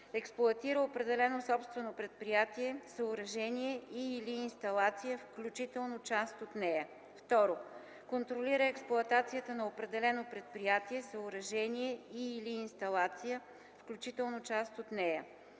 експлоатира определено собствено предприятие, съоръжение и/или инсталация, включително част от нея; 2. контролира експлоатацията на определено предприятие, съоръжение и/или инсталация, включително част от нея;